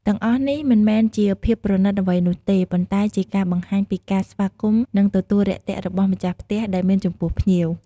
ទាំងអស់នេះមិនមែនជាភាពប្រណិតអ្វីនោះទេ ប៉ុន្តែជាការបង្ហាញពីការស្វាគមន៍និងទទួលរាក់ទាក់របស់ម្ចាស់ផ្ទះដែលមានចំពោះភ្ញៀវ។